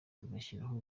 tugashyiraho